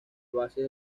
bases